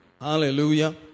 Hallelujah